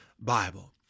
Bible